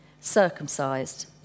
circumcised